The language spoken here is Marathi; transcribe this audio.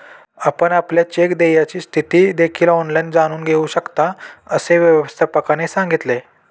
आपण आपल्या चेक देयची स्थिती देखील ऑनलाइन जाणून घेऊ शकता, असे व्यवस्थापकाने सांगितले